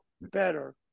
better